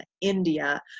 India